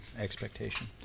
Expectation